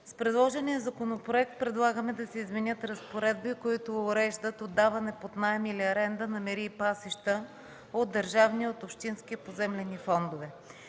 С предложения законопроект предлагаме да се изменят разпоредби, които уреждат отдаване под наем или аренда на мери и пасища от държавния и общинския поземлени фондове.